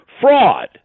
fraud